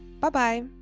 bye-bye